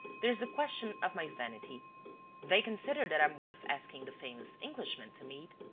there's the question of my vanity they consider that i'm worth asking the famous englishman to meet.